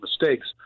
mistakes